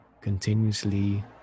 continuously